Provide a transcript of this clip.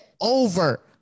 over